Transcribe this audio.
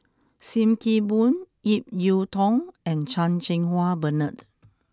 Sim Kee Boon Ip Yiu Tung and Chan Cheng Wah Bernard